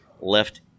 left